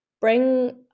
bring